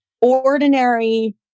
ordinary